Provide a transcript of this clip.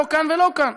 לא כאן ולא כאן.